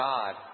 God